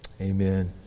Amen